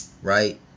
right